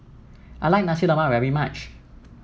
I like Nasi Lemak very much